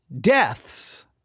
deaths